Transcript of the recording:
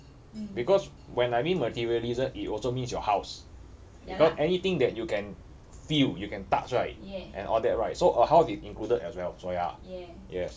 because when I mean materialism it also means your house because anything that you can feel you can touch right and all that right so a house is included as well so ya yes